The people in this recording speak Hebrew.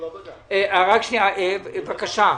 בבקשה,